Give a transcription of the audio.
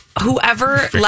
whoever